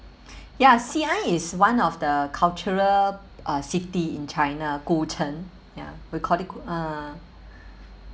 ya xi an is one of the cultural uh city in china ya we call it gu~ uh